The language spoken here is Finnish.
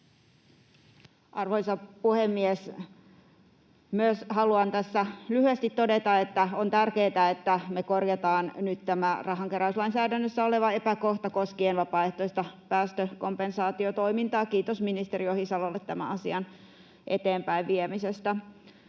Arvoisa puhemies! Myös minä haluan tässä lyhyesti todeta, että on tärkeätä, että me korjataan nyt tämä rahankeräyslainsäädännössä oleva epäkohta koskien vapaaehtoista päästökompensaatiotoimintaa. Kiitos ministeri Ohisalolle tämän asian eteenpäin viemisestä.